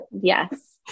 Yes